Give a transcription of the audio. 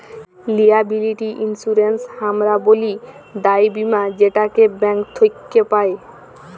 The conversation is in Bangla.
লিয়াবিলিটি ইন্সুরেন্স হামরা ব্যলি দায় বীমা যেটাকে ব্যাঙ্ক থক্যে পাই